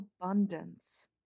abundance